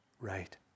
right